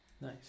nice